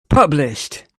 published